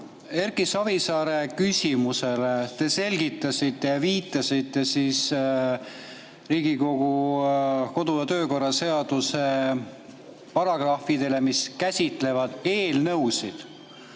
Erki Savisaare küsimusele vastates te selgitasite ja viitasite Riigikogu kodu- ja töökorra seaduse paragrahvidele, mis käsitlevad eelnõusid.